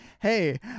hey